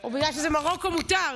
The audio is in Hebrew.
או בגלל שזה מרוקו מותר?